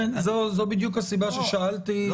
זו בדיוק הסיבה ששאלתי.